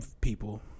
people